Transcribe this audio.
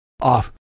off